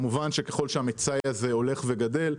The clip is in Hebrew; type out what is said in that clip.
כמובן שככל שזה הולך וגדל,